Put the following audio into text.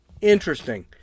Interesting